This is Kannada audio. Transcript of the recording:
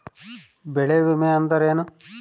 ಬೆಳೆ ವಿಮೆ ಅಂದರೇನು?